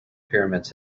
pyramids